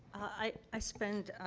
i spend,